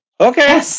okay